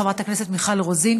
חברת הכנסת מיכל רוזין,